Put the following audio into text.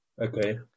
okay